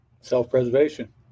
Self-preservation